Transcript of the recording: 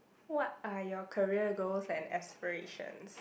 what are your career goals and aspirations